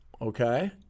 Okay